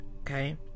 Okay